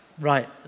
right